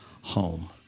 home